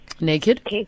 Naked